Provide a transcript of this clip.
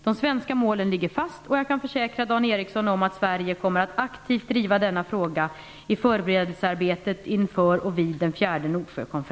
De svenska målen ligger fast, och jag kan försäkra Dan Ericsson om att Sverige kommer att aktivt driva denna fråga i förberedelsearbetet inför och vid den fjärde